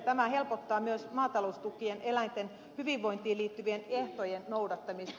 tämä helpottaa myös maataloustukien eläinten hyvinvointiin liittyvien ehtojen noudattamista